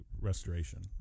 restoration